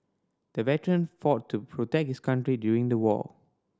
the veteran fought to protect his country during the war